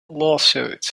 lawsuits